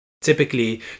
typically